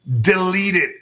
deleted